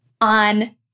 on